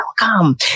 Welcome